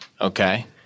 okay